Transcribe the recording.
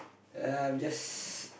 uh I'm just